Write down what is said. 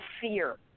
fear